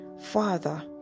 Father